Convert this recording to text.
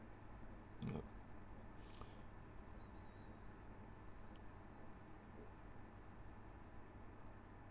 yup